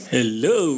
Hello